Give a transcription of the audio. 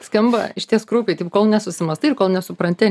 skamba išties kraupiai tik kol nesusimąstai ir kol nesupranti